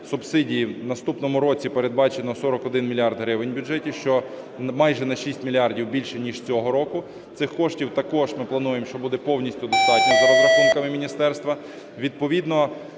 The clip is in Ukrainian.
субсидії. У наступному році передбачено 41 мільярд гривень в бюджеті, що майже на 6 мільярдів більше, ніж цього року. Цих коштів також ми плануємо, що буде повністю достатньо за розрахунками міністерства. Відповідно,